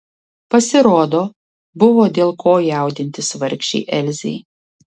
pasirodo buvo dėl ko jaudintis vargšei elzei